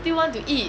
still want to eat